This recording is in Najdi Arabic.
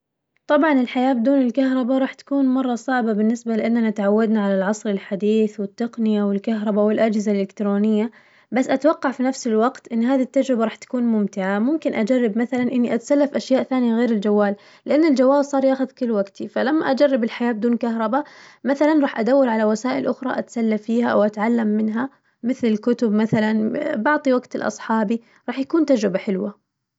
طبعاً الحياة بدون الكهربا راح تكون مرة صعبة بالنسبة لإننا تعودنا على العصر الحديث والتقنية والكهربا والأجهزة الإلكترونية، بس أتوقع في نفس الوقت إن هذي التجربة راح تكون ممتعة، ممكن أجرب مثلاً إني أتسلى في أشياء ثانية غير الجوال، لأن الجوال صار يأخذ كل وقتي فلما أجرب الحياة بدون كهربا مثلاً راح أدور على وسائل أخرى أتسلى فيها أو أتعلم منها، مثل الكتب مثلاً بعطي وقتي لأصحابي، راح يكون تجربة حلوة.